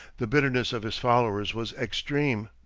the bitterness of his followers was extreme.